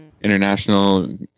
international